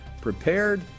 prepared